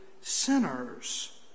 sinners